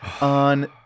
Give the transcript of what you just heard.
on